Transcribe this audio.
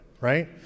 right